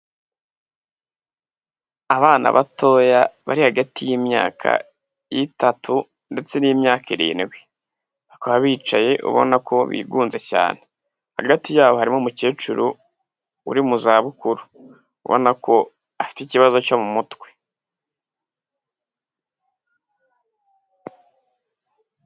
Abana batoya bari hagati y'imyaka itatu ndetse n'imyaka irindwi. Bakaba bicaye ubona ko bigunze cyane. Hagati yabo harimo umukecuru uri mu zabukuru. Ubona ko afite ikibazo cyo mu mutwe.